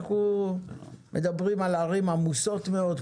אנחנו מדברים על ערים עמוסות מאוד,